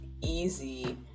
easy